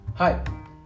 Hi